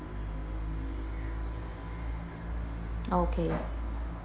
okay